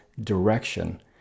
direction